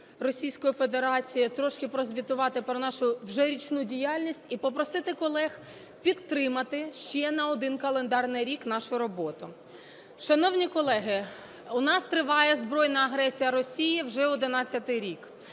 Російської Федерації, трошки прозвітувати про нашу вже річну діяльність і попросити колег підтримати ще на один календарний рік нашу роботу. Шановні колеги, у нас триває збройна агресія Росії вже